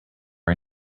our